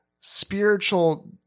spiritual